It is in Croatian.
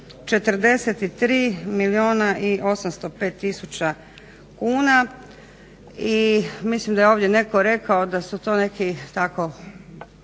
43 milijuna i 805 tisuća kuna i mislim da je ovdje netko rekao da su to neki tako